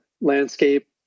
landscape